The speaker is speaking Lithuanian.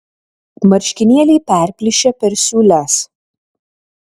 marškinėliai perplyšę per siūles